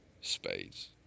Spades